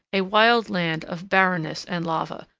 a wild land of barrenness and lava,